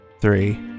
Three